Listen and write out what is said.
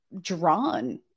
drawn